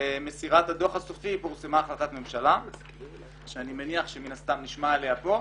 למסירת הדוח הסופי פורסמה החלטת ממשלה שאני מניח שמן הסתם נשמע עליה כאן